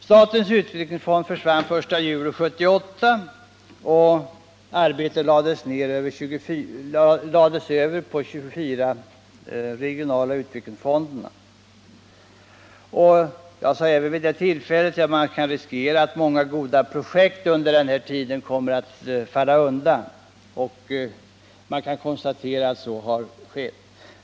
Statens utvecklingsfond försvann den 1 juli 1978, och dess arbete lades över på de 24 regionala utvecklingsfonderna. Jag sade även vid det tillfället att man riskerar att många goda projekt under den här tiden kan komma att falla bort. Vi kan konstatera att så har skett.